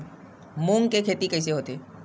मूंग के खेती कइसे होथे?